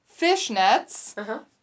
fishnets